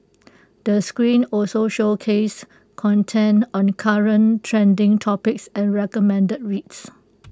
the screen also showcases content on current trending topics and recommended reads